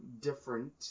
different